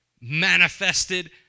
manifested